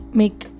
make